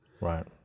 Right